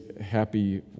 happy